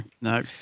no